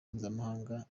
mpuzamahanga